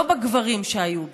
לא בגברים שהיו בי.